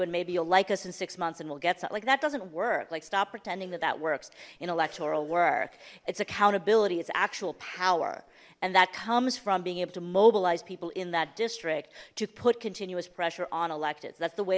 and maybe you'll like us in six months and we'll get some like that doesn't work like stop pretending that that works in electoral work it's accountability it's actual power and that comes from being able to mobilize people in that district to put continuous pressure on elected that's the way